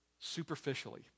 Superficially